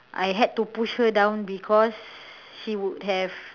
I had to push her down because she would have